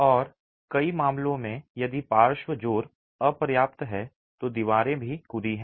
और कई मामलों में यदि पार्श्व जोर अपर्याप्त है तो दीवारें भी कूदी हैं